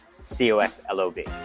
C-O-S-L-O-B